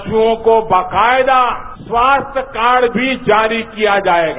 पशुओं को बकायदा स्वास्थ्य कार्ड भी जारी किया जायेगा